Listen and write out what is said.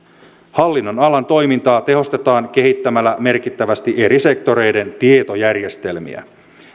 hallinnonalan toimintaa tehostetaan kehittämällä merkittävästi eri sektoreiden tietojärjestelmiä